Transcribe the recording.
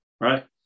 right